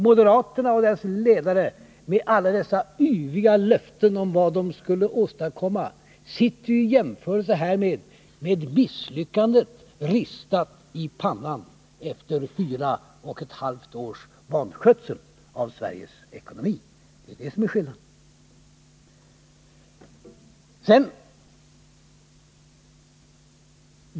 Moderaterna och deras ledare med sina yviga löften om vad de skulle åstadkomma sitter i jämförelse härmed med misslyckandet ristat i pannan efter fyra och ett halvt års vanskötsel av Sveriges ekonomi. Det är det som är skillnaden.